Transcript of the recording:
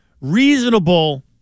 reasonable